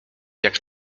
jak